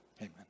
Amen